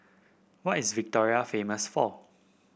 what is Victoria famous for